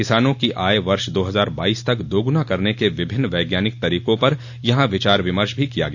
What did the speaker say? किसानों की आय वर्ष दो हजार बाइस तक दो गुना करने के विभिन्न वैज्ञानिक तरीकों पर यहां विचार विमर्श किया गया